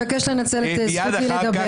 אני מבקשת לנצל את זכותי לדבר.